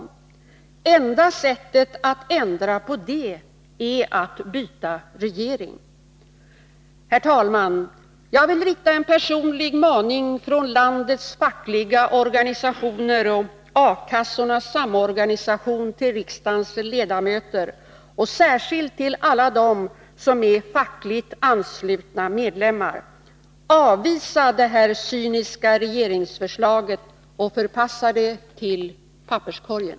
Det enda sättet att ändra på det är att byta regering. Herr talman! Jag vill rikta en personlig maning från landets fackliga organisationer och Arbetslöshetskassornas samorganisation till riksdagens ledamöter, särskilt till alla dem som är fackligt anslutna medlemmar: Avvisa detta cyniska regeringsförslag och förpassa det till papperskorgen!